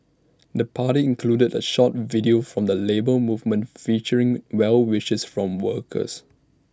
the party included A short video from the Labour Movement featuring well wishes from workers